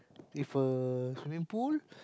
with a swimming pool